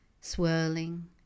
Swirling